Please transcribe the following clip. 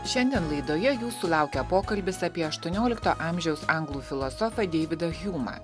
šiandien laidoje jūsų laukia pokalbis apie aštuoniolikto amžiaus anglų filosofą deividą hjumą